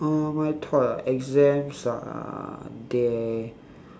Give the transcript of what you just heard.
uh my thought ah exams are there